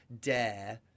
dare